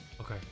okay